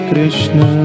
Krishna